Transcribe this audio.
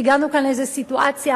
שהגענו כאן לאיזה סיטואציה,